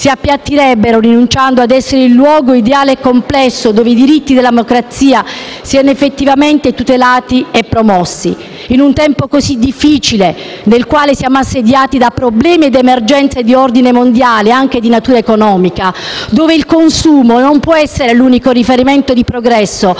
si appiattirebbero, rinunciando ad essere il luogo ideale e complesso dove i diritti della democrazia siano effettivamente tutelati e promossi. In un tempo così difficile, nel quale siamo assediati da problemi ed emergenze di ordine mondiale, anche di natura economica, dove il consumo non può essere l'unico riferimento di progresso,